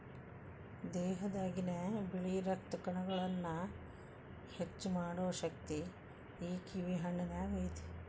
ದೇಹದಾಗಿನ ಬಿಳಿ ರಕ್ತ ಕಣಗಳನ್ನಾ ಹೆಚ್ಚು ಮಾಡು ಶಕ್ತಿ ಈ ಕಿವಿ ಹಣ್ಣಿನ್ಯಾಗ ಐತಿ